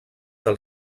del